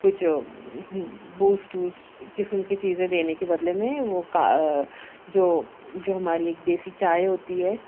کچھ بوسٹ ووسٹ قسم کی چیزیں دینے کے بدلے میں وہ جو جو ہماری ایک دیسی چائے ہوتی ہے